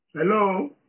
Hello